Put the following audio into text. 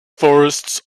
forests